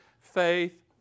faith